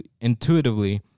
intuitively